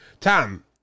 Tom